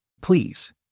Please